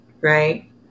right